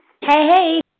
Hey